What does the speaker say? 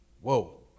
whoa